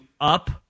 up